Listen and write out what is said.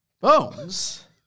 Bones